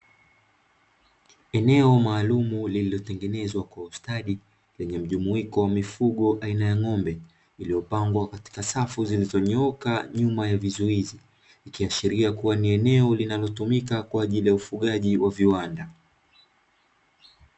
Eneo maalumu lililo tengenezwa kwa ustadi lenye mjumuiko wa mifugo aina ya ng`ombe waliopangwa katika safu zilizo nyooka nyuma ya vizuizi, ikiashiria kuwa ni eneo linalo tumika kwa ajili ya ufugaji wa viwanda.